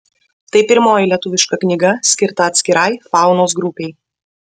tai pirmoji lietuviška knyga skirta atskirai faunos grupei